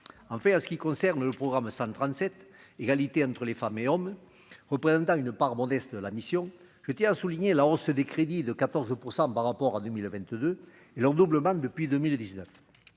en fait à ce qui concerne le programme 137, égalité entre les femmes et hommes représentant une part modeste la mission, je tiens à souligner la hausse des crédits de 14 % par rapport à 2000 22 et leur doublement depuis 2019